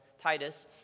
Titus